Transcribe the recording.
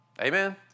Amen